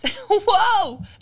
Whoa